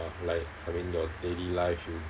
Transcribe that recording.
like I mean your daily life you